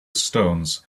stones